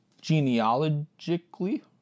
genealogically